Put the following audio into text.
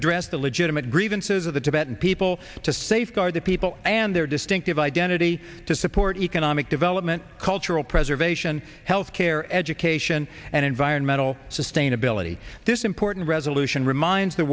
address the legitimate grievances of the tibetan people to safeguard the people and their distinctive identity to support economic development cultural preservation health care education and environmental sustainability this important resolution reminds the